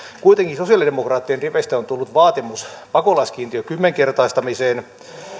kuitenkin sosialidemokraattien riveistä on on tullut vaatimus pakolaiskiintiön kymmenkertaistamiseen